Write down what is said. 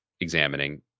examining